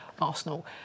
Arsenal